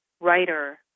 writer